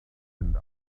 and